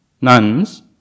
nuns